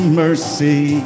mercy